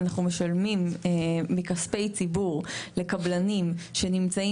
אנחנו משלמים מכספי ציבור לקבלנים שנמצאים